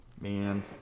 man